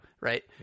Right